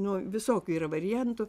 nuo visokių yra variantų